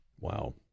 Wow